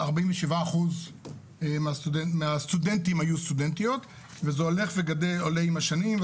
47% מהסטודנטים היו סטודנטיות וזה עולה עם השנים.